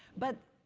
but